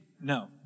No